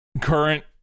current